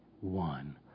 one